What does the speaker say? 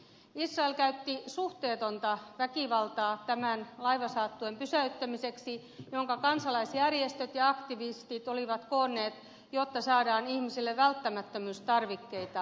israel käytti suhteetonta väkivaltaa tämän laivasaattueen pysäyttämiseksi jonka kansalaisjärjestöt ja aktivistit olivat koonneet jotta saadaan ihmisille välttämättömyystarvikkeita